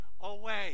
away